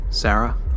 Sarah